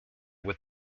with